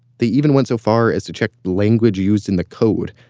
they even went so far as to check language used in the code.